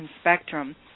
spectrum